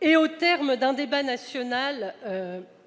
et au terme d'un débat